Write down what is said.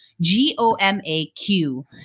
G-O-M-A-Q